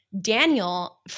Daniel